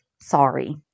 sorry